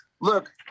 look